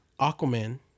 aquaman